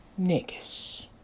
Niggas